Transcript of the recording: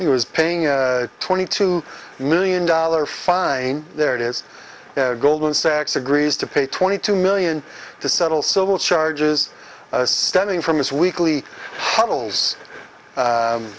he was paying twenty two million dollars fine there it is goldman sachs agrees to pay twenty two million to settle civil charges stemming from his weekly